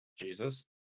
Jesus